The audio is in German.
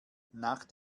nach